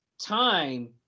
time